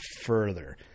further